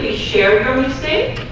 share her mistake?